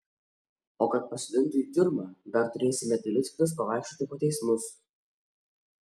o kad pasodintų į tiurmą dar turėsi metelius kitus pavaikščioti po teismus